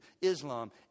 Islam